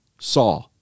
saw